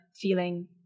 feeling